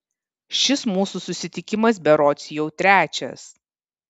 šis mūsų susitikimas berods jau trečias